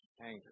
anger